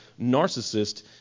narcissist